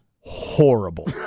horrible